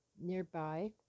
nearby